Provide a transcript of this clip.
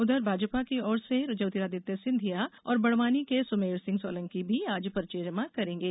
वहीं भाजपा की ओर से ज्योतिरादित्य सिंधिया और बड़वानी के सुमेर सिंह सोलंकी भी आज पर्चे जमा करेंगे